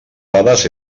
dades